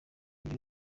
ibi